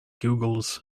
googles